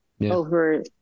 over